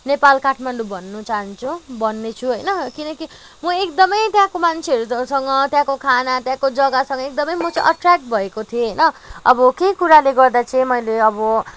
नेपाल काठमाडौँ भन्न चाहन्छु भन्नेछु होइन किनकि म एकदमै त्यहाँको मान्छेहरूसँग त्यहाँको खाना त्यहाँको जग्गासँग एकदमै म चाहिँ एट्रयाक भएको थिएँ होइन अब के कुराले गर्दा चाहिँ मैले अब